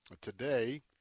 Today